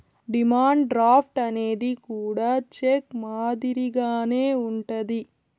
demand draft అనేది కూడా cheque మాదిరిగానే ఉంటది